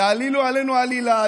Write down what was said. יעלילו עלינו עלילה,